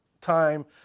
time